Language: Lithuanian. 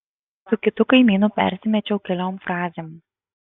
su kitu kaimynu persimečiau keliom frazėm